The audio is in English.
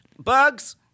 Bugs